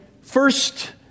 first